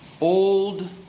Old